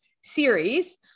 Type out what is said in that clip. series